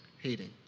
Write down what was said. hating